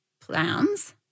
plans